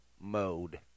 mode